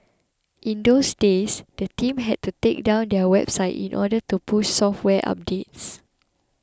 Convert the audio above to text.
in those days the team had to take down their website in order to push software updates